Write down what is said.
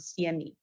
CME